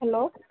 hello